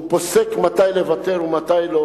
הוא פוסק מתי לוותר ומתי לא,